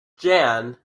jan